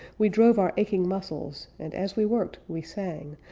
we drove our aching muscles and as we worked we sang,